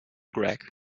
greg